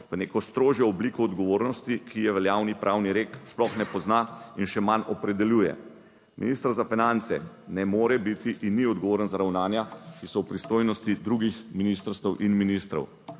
v neko strožjo obliko odgovornosti, ki je veljavni pravni red sploh ne pozna in še manj opredeljuje. Minister za finance ne more biti in ni odgovoren za ravnanja, ki so v pristojnosti drugih ministrstev in ministrov.